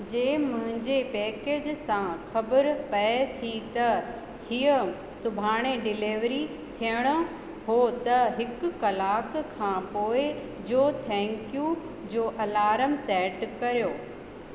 जे मुंहिंजे पेकेज़ सां ख़बर पए थी त हीअ सुभांणे डिलीवरी थियणो हो त हिकु कलाक खां पोइ जो थैंक यू जो अलारम सेट करियो